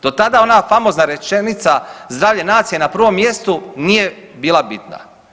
Do tada ona famozna rečenica „zdravlje nacije na prvom mjestu“ nije bila bitna.